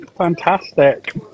Fantastic